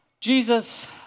Jesus